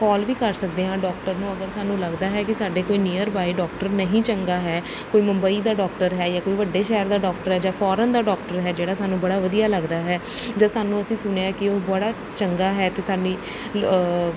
call ਵੀ ਕਰ ਸਕਦੇ ਹਾਂ ਡੋਕਟਰ ਨੂੰ ਅਗਰ ਸਾਨੂੰ ਲੱਗਦਾ ਹੈ ਕਿ ਸਾਡੇ ਕੋਈ ਨੀਅਰ ਬਾਏ ਡੋਕਟਰ ਨਹੀਂ ਚੰਗਾ ਹੈ ਕੋਈ ਮੁੰਬਈ ਦਾ ਡੋਕਟਰ ਹੈ ਜਾਂ ਕੋਈ ਵੱਡੇ ਸ਼ਹਿਰ ਦਾ ਡੋਕਟਰ ਹੈ ਜਾਂ ਫੋਰਨ ਦਾ ਡੋਕਟਰ ਹੈ ਜਿਹੜਾ ਸਾਨੂੰ ਬੜਾ ਵਧੀਆ ਲੱਗਦਾ ਹੈ ਜੋ ਸਾਨੂੰ ਅਸੀਂ ਸੁਣਿਆ ਹੈ ਕਿ ਉਹ ਬੜਾ ਚੰਗਾ ਹੈ ਅਤੇ ਸਾਡੀ